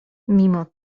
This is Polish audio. mimo